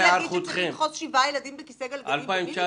אני אגיד שצריך לדחוס שבעה ילדים בכיסא גלגלים במיניבוס?